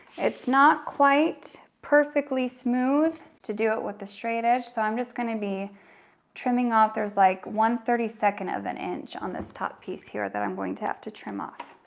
it's not quite perfectly smooth to do it with the straight edge, so i'm just gonna be trimming off, there's like one thirty second of an inch on this top piece here that i'm going to have to trim off.